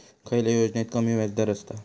खयल्या योजनेत कमी व्याजदर असता?